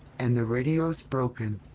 and the radio's broken.